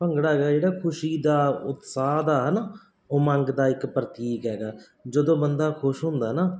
ਭੰਗੜਾ ਹੈਗਾ ਜਿਹੜਾ ਖੁਸ਼ੀ ਦਾ ਉਤਸਾਹ ਦਾ ਹੈ ਨਾ ਉਮੰਗ ਦਾ ਇੱਕ ਪ੍ਰਤੀਕ ਹੈਗਾ ਜਦੋਂ ਬੰਦਾ ਖੁਸ਼ ਹੁੰਦਾ ਨਾ